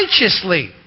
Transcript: righteously